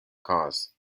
cause